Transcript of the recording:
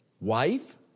wife